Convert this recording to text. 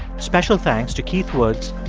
special thanks to keith woods,